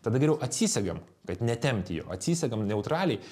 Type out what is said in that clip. tada geriau atsisegam kad netempti jo atsisegam neutraliai